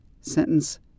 Sentence